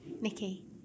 Nikki